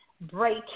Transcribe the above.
break